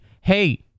hey